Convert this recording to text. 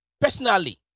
Personally